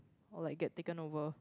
or like get taken over